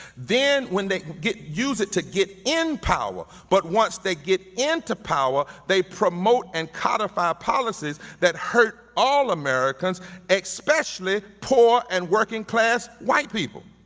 then when they get use it to get in power, but once they get into power, they promote and codify policies that hurt all americans especially poor and working-class white people.